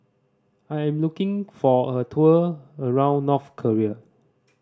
I am looking for a tour around North Korea